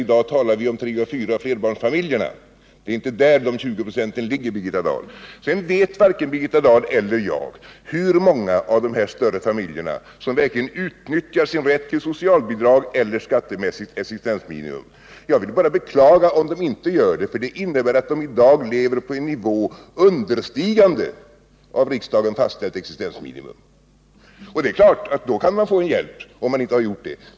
I dag talar vi om tre-, fyraoch flerbarnsfamiljer. Det är inte där de 20 procenten ligger, Birgitta Dahl! Sedan vet varken Birgitta Dahl eller jag hur många av dessa större familjer som verkligen utnyttjar sin rätt till socialbidrag eller skattemässigt existensminimum. Jag vill bara beklaga om de inte gör det, för det innebär att de lever på en nivå understigande av riksdagen fastställt existensminimum. Det är klart att om man inte gör det kan man bli hjälpt av en höjning av bostadsbidraget.